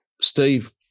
Steve